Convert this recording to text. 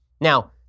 Now